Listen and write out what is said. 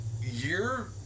year